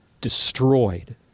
destroyed